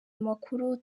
amakuru